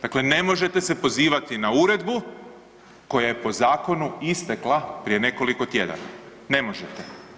Dakle, ne možete se pozivati na uredbu koja je po zakonu istekla prije nekoliko tjedana, ne možete.